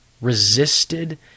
resisted